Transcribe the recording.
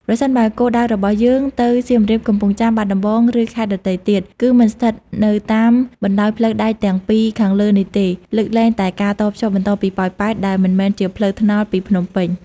ប្រសិនបើគោលដៅរបស់យើងទៅ សៀមរាប កំពង់ចាម បាត់ដំបង ឬខេត្តដទៃទៀត គឺមិនស្ថិតនៅតាមបណ្ដោយផ្លូវដែកទាំងពីរខាងលើនេះទេ លើកលែងតែការតភ្ជាប់បន្តពីប៉ោយប៉ែត ដែលមិនមែនជាផ្លូវផ្ទាល់ពីភ្នំពេញ។